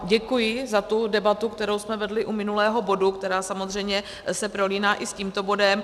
Děkuji za tu debatu, kterou jsme vedli u minulého bodu, která samozřejmě se prolíná i s tímto bodem.